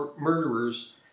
murderers